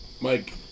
Mike